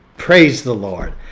praise the lord.